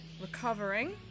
recovering